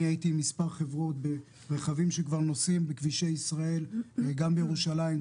אני הייתי במספר חברות ברכבים שכבר נוסעים בכבישי ישראל גם בירושלים,